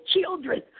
children